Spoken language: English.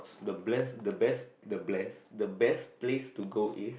the bless the best the bless the best place to go is